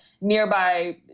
nearby